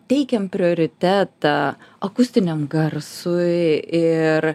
teikiam prioritetą akustiniam garsui ir